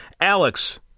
Alex